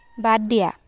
বাদ দিয়া